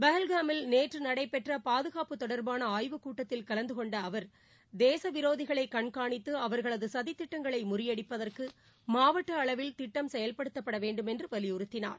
பகல்ஹாமில் நேற்று நடைபெற்ற பாதுகாப்பு தொடர்பான ஆய்வுக்கூட்டத்தில் கலந்து கொண்ட அவர் தேசவிரோதிகளை கண்காணித்து அவர்களது சதித்திட்டங்களை முறியடிப்பதற்கு மாவட்ட அளவில் திட்டம் செயல்படுத்தப்பட வேண்டுமென்று வலியுறுத்தினார்